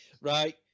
right